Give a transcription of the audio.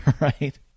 right